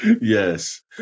Yes